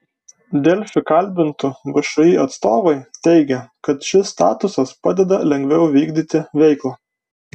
delfi kalbintų všį atstovai teigė kad šis statusas padeda lengviau vykdyti veiklą